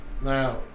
now